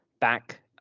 back